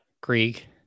Greek